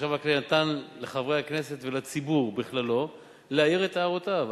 שהחשב הכללי נתן לחברי הכנסת ולציבור בכללו להעיר את הערותיהם.